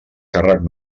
càrrec